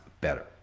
better